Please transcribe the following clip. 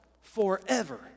forever